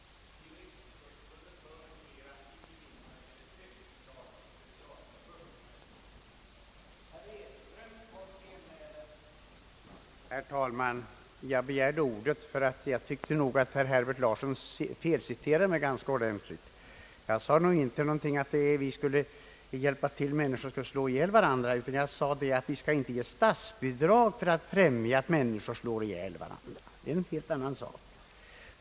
Herr talman! Jag begärde ordet därför att jag tyckte att herr Herbert Larsson felciterade mig ganska ordentligt. Jag sade inte att vi skulle hjälpa människor att slå ihjäl varandra utan jag framhöll att vi inte skulle bevilja statsbidrag för att främja att människor slår ihjäl varandra. Det är en helt annan sak.